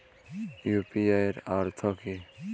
UPI এর অর্থ কি?